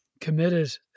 committed